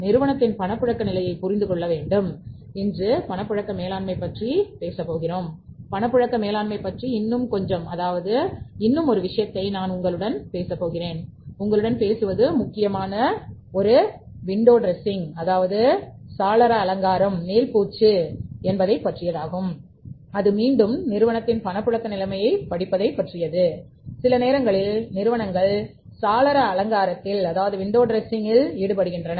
நிறுவனத்தின் பணப்புழக்க நிலையைப் புரிந்து கொள்ளுங்கள் இன்று பணப்புழக்க மேலாண்மை பற்றி பேசுவோம் பணப்புழக்க மேலாண்மை பற்றி இன்னும் கொஞ்சம் அதாவது இன்னும் 1 விஷயத்தை நான் உங்களுடன் பேசுவேன் உங்களுடன் பேசுவது முக்கியமானது விண்டோ டிரசிங் ஈடுபடுகின்றன